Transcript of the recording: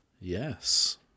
Yes